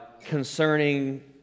concerning